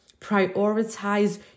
Prioritize